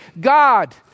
God